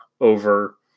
over